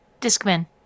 Discman